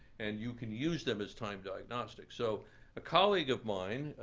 and you can use them as time diagnostics. so a colleague of mine,